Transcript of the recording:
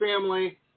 family